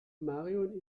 marion